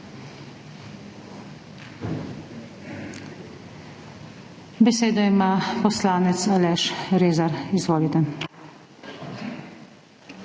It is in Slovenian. besedo ima poslanec Aleš Rezar, izvolite.